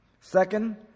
Second